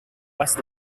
west